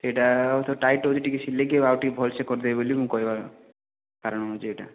ସେଇଟା ତ ଟାଇଟ୍ ହେଉଛି ଟିକେ ସିଲେଇକି ଆଉ ଟିକେ ଭଲସେ କରି ଦେବେ ବୋଲି ମୁଁ କହିବା କାରଣ ହେଉଛି ଏଇଟା